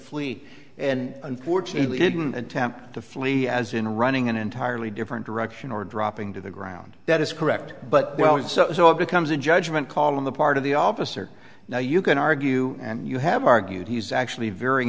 flee and unfortunately didn't attempt to flee as in running an entirely different direction or dropping to the ground that is correct but always so it becomes a judgment call on the part of the officer now you can argue and you have argued he's actually vary